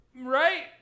Right